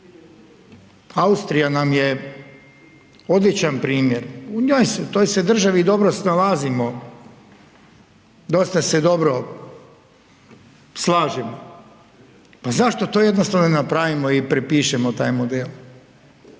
Austrija nam je odličan primjer u toj se državi dobro snalazimo, dosta se dobro slažemo. Pa zašto to jednostavno ne napravimo i prepišemo taj model?